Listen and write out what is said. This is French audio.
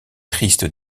triste